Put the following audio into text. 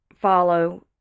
follow